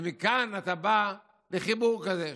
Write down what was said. ומכאן אתה בא לחיבור כזה,